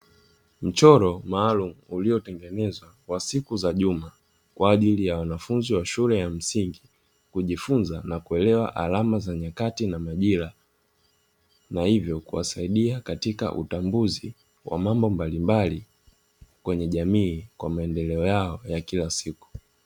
Mchoro maalumu uliotengenezwa kwa siku za juma, kwa ajili ya wanafunzi wa shule ya msingi kujifunza na kuelewa alama za nyakati na majira, na hivyo kuwasaidia katika utambuzi wa mambo mbalimbali kwenye jamii kwa maendeleo yao ya kila siku.